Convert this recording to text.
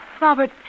Robert